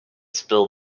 spill